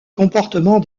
comportements